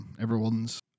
Everyone's